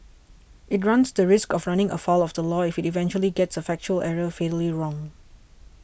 it runs the risk of running afoul of the law if it eventually gets a factual error fatally wrong